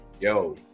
yo